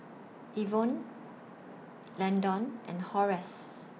Ivonne Landon and Horace